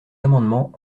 amendement